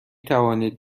توانید